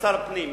כשר הפנים,